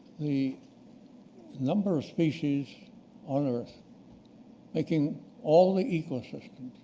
the number of species on earth making all the ecosystems,